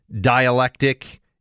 dialectic